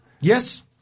Yes